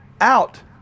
out